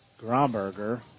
Gromberger